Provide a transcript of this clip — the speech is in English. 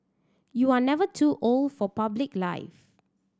you are never too old for public life